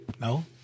No